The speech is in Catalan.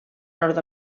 nord